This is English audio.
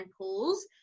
pools